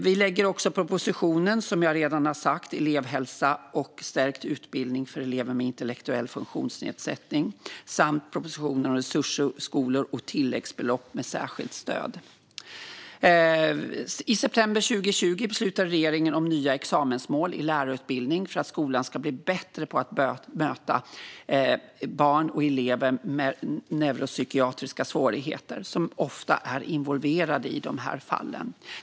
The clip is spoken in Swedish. Vi lägger också, som jag redan har sagt, fram propositioner om elevhälsa och stärkt utbildning för elever med intellektuell funktionsnedsättning samt om resursskolor och tilläggsbelopp med särskilt stöd. I september 2020 beslutade regeringen om nya examensmål i lärarutbildningen för att skolan ska bli bättre på att möta barn och elever med neuropsykiatriska svårigheter, som ofta är involverade i de här fallen.